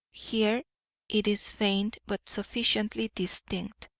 here it is faint but sufficiently distinct,